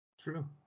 True